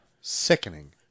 Sickening